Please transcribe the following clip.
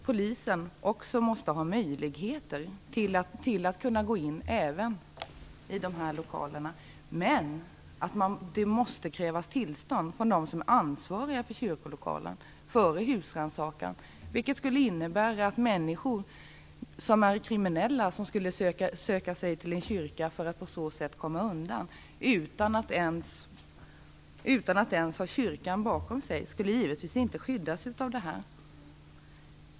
Polisen måste ha möjligheter att kunna gå in även i dessa lokaler, men det måste krävas tillstånd från dem som är ansvariga för kyrkolokalen före husrannsakan. Det skulle innebära att kriminella människor, som söker sig till en kyrka för att på så sätt komma undan utan att ens ha kyrkan bakom sig, inte skulle skyddas av detta.